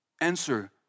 answer